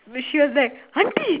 she was like auntie